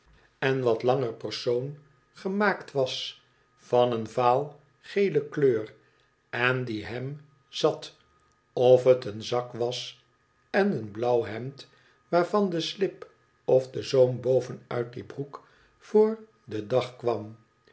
drijft wat langer persoon gemaakt was van een vaal gele kleur en die hem zat of het een zak was en een blauw hemd waarvan de slip of de zoom boven uit die broek voor den dag kwam